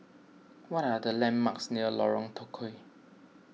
what are the landmarks near Lorong Tukol